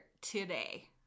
today